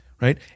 right